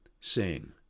sing